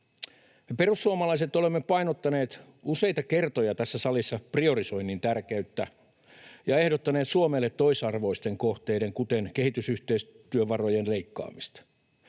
perussuomalaiset olemme painottaneet useita kertoja tässä salissa priorisoinnin tärkeyttä ja ehdottaneet Suomelle toisarvoisten kohteiden, kuten kehitysyhteistyövarojen, leikkaamista.